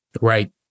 Right